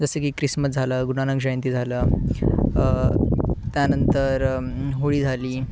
जसं की क्रिसमस झालं गुरुनानक जयंती झालं त्यानंतर होळी झाली